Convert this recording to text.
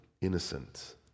innocent